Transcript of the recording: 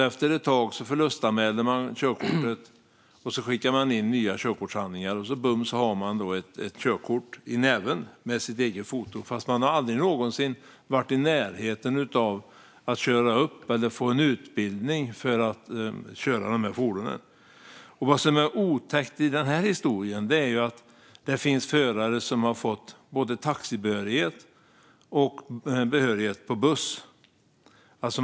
Efter ett tag förlustanmäler man så körkortet och skickar in nya körkortshandlingar, och så bums har man ett körkort i näven med sitt eget foto på, fast man aldrig någonsin har varit i närheten av att köra upp eller få en utbildning för att köra dessa fordon. Vad som är otäckt i den här historien är att det finns förare som har fått både taxibehörighet och behörighet för buss på det viset.